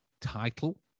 title